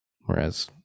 Whereas